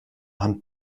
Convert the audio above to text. hand